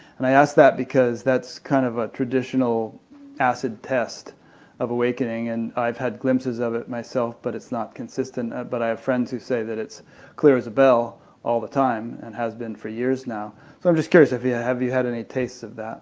and i ask that because that's kind of a traditional acid-test of awakening and i've had glimpses of it myself, but it's not consistent. but i have friends who say that it's clear as a bell all the time and has been for years now, so i'm just curious, yeah have you had any tastes of